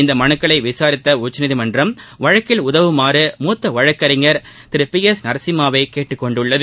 இந்த மலுக்களை விசாரித்த உச்சநீதிமன்றம் வழக்கில் உதவுமாறு மூத்த வழக்கறிஞர் திரு பி எஸ் நரசிம்மாவை கேட்டுக்கொண்டுள்ளது